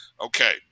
Okay